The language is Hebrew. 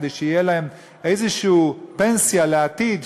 כדי שתהיה להם איזו פנסיה לעתיד,